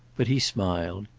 but he smiled.